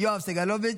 יואב סגלוביץ',